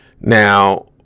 Now